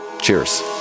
Cheers